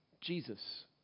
Jesus